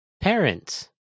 Parents